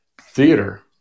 theater